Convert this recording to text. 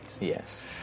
Yes